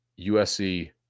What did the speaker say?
USC